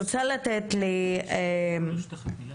רק מילה